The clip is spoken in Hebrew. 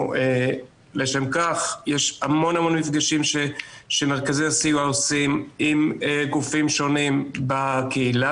לשם כך יש המון המון מפגשים שמרכזי הסיוע עושים עם גופים שונים בקהילה,